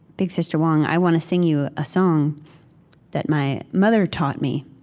big sister wong, i want to sing you a song that my mother taught me.